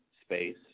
space